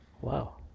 wow